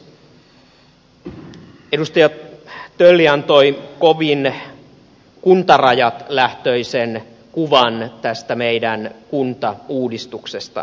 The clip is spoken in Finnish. edustaja tölli antoi kovin kuntarajalähtöisen kuvan tästä meidän kuntauudistuksestamme